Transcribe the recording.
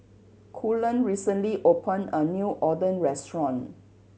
Cullen recently opened a new Oden restaurant